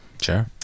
Sure